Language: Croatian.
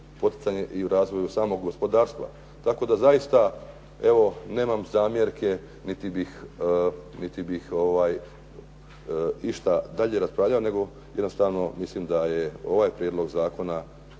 poticanje i razvoj samog gospodarstva. Tako da zaista evo nemam zamjerke niti bih išta dalje raspravljao, nego jednostavno mislim da je ovaj prijedlog zakona